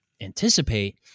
anticipate